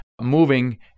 moving